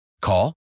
Call